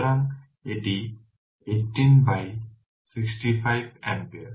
সুতরাং এটি 18 by 65 ampere